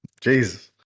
Jesus